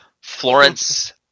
Florence